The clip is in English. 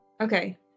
Okay